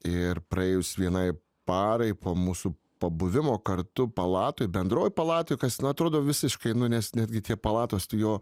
ir praėjus vienai parai po mūsų pabuvimo kartu palatoj bendroj palatoj kas na atrodo visiškai nu nes netgi tie palatos jo